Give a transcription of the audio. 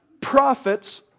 profits